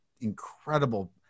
incredible